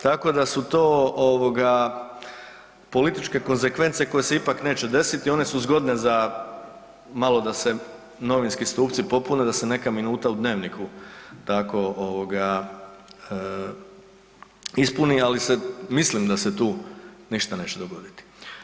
Tako da su to političke konsekvence koje se ipak neće desiti, one su zgodne za malo da se novinski stupci popune da se neka minuta u Dnevniku tako ispuni, ali mislim da se tu ništa neće dogoditi.